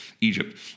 Egypt